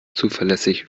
zuverlässig